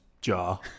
jar